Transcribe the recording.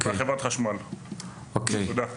תודה.